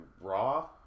raw